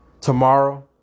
tomorrow